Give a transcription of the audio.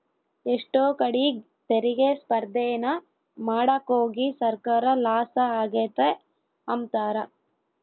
ಎಷ್ಟೋ ಕಡೀಗ್ ತೆರಿಗೆ ಸ್ಪರ್ದೇನ ಮಾಡಾಕೋಗಿ ಸರ್ಕಾರ ಲಾಸ ಆಗೆತೆ ಅಂಬ್ತಾರ